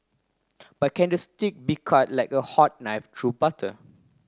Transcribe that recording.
but can the steak be cut like a hot knife through butter